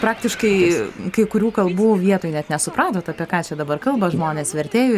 praktiškai kai kurių kalbų vietoj net nesupratot apie ką čia dabar kalba žmonės vertėjų